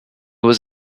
was